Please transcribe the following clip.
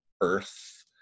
Earth